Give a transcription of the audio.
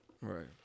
Right